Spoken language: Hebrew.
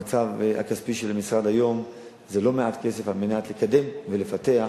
במצב הכספי של המשרד היום זה לא מעט כסף כדי לקדם ולפתח,